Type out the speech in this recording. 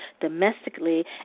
domestically